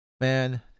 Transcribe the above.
man